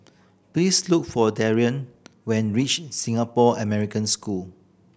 please look for when reach Singapore American School